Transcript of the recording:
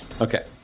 okay